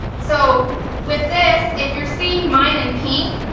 so with this, if you're seeing mine in pink,